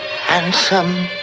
handsome